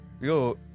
Yo